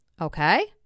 Okay